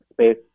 space